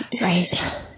Right